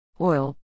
Oil